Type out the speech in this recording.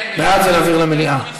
כן, בעד זה להעביר למליאה.